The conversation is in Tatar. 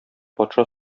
патша